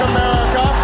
America